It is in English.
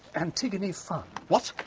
antigone funn? what?